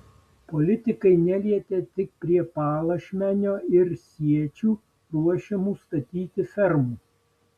politikai nelietė tik prie palašmenio ir siečių ruošiamų statyti fermų